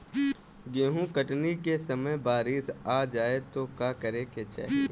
गेहुँ कटनी के समय बारीस आ जाए तो का करे के चाही?